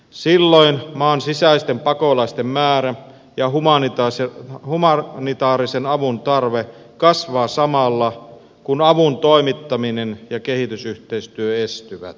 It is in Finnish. silloin maan sisäisten pakolaisten määrä ja humanitaarisen avun tarve kasvavat samalla kun avun toimittaminen ja kehitysyhteistyö estyvät